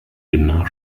demnach